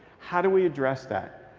how do we address that?